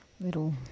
little